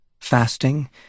fasting